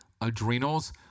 adrenals